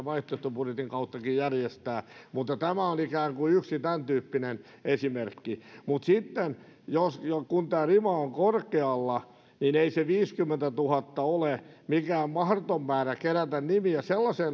vaihtoehtobudjetin kauttakin järjestää tämä on ikään kuin yksi tämäntyyppinen esimerkki mutta sitten jos ja kun tämä rima on korkealla niin ei se viisikymmentätuhatta ole mikään mahdoton määrä kerätä nimiä